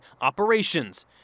operations